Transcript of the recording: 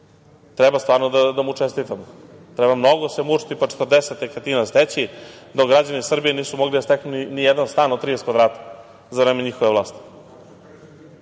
Treba stvarno da mu čestitamo. Treba se mnogo mučiti, pa 40 nekretnina steći, dok građani Srbije nisu mogli da steknu ni jedan stan od 30 kvadrata za vreme njihove vlasti. Onda